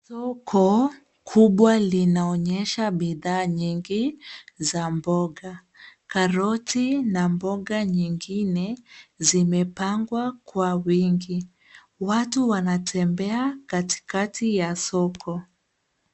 Soko kubwa linaonyesha bidha nyingi za mboga. Karoti na mboga nyingine zimepangwa kwa wingi. Watu wanatembea katikati ya soko.